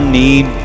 need